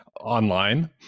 online